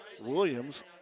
Williams